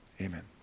amen